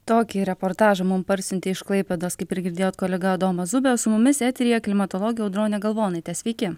tokį reportažą mum parsiuntė iš klaipėdos kaip ir girdėjot kolega adomas zubė su mumis eteryje klimatologė audronė galvonaitė sveiki